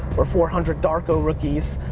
or four hundred darko rookies,